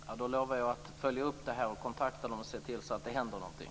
Fru talman! Jag lovar att följa upp det här, kontakta dem och se till att det händer någonting.